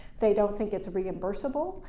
they don't think it's reimbursable,